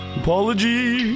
apology